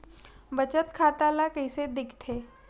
बचत खाता ला कइसे दिखथे?